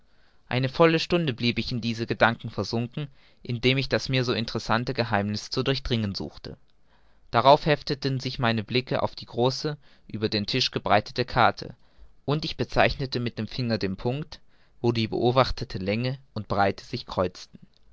eine volle stunde blieb ich in diese gedanken versunken indem ich das mir so interessante geheimniß zu durchdringen suchte darauf hefteten sich meine blicke auf die große über den tisch gebreitete karte und ich bezeichnete mit dem finger den punkt wo die beobachtete länge und breite sich kreuzten